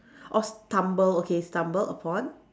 orh stumble okay stumble upon